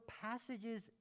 passages